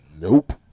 nope